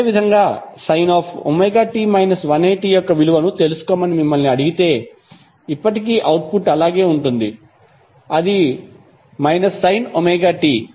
అదేవిధంగా sin ωt 180 యొక్క విలువను తెలుసుకోమని మిమ్మల్ని అడిగితే ఇప్పటికీ అవుట్పుట్ అలాగే ఉంటుంది అది sin ωt